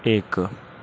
एक